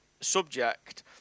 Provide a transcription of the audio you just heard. subject